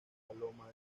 paloma